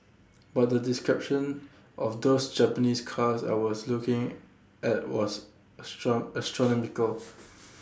but the description of those Japanese cars I was looking at was A strong astronomical